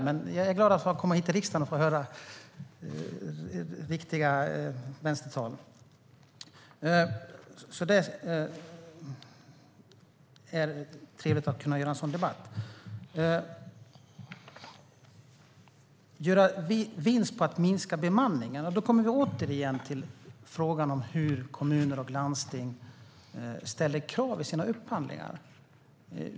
Men jag är glad att få komma hit till riksdagen och få höra riktiga vänstertal. Det är trevligt att kunna delta i en sådan debatt. När det gäller att göra vinst på att minska bemanningen kommer vi återigen till frågan om hur kommuner och landsting ställer krav i sina upphandlingar.